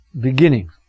beginning